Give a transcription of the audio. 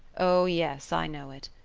o yes, i know it.